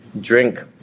drink